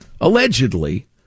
allegedly